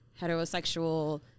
heterosexual